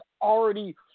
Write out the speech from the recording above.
already